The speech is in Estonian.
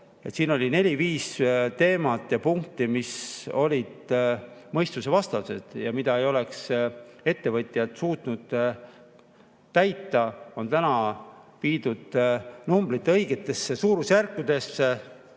Siin oli neli-viis teemat ja punkti, mis olid mõistusevastased ja mida ei oleks ettevõtjad suutnud täita. Nüüd on viidud numbrid õigetesse suurusjärkudesse,